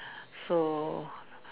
so